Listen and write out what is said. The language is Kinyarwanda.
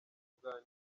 kuganira